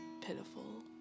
pitiful